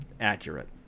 accurate